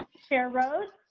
share road.